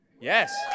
yes